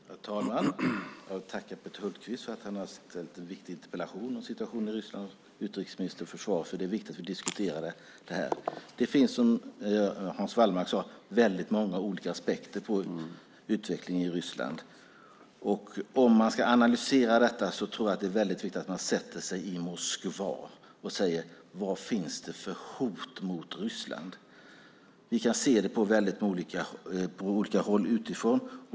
Herr talman! Jag vill tacka Peter Hultqvist för att han har ställt en viktig interpellation om situationen i Ryssland och utrikesministern för svaret, för det är viktigt att diskutera det här. Det finns, som Hans Wallmark sade, väldigt många olika aspekter på utvecklingen i Ryssland. Om man ska analysera detta tror jag att det är väldigt viktigt att man sätter sig i Moskva och säger: Vad finns det för hot mot Ryssland? Vi kan se det från olika håll utifrån.